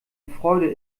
freude